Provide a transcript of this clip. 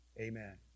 amen